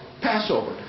Passover